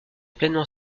pleinement